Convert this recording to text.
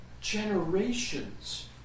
generations